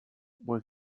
buen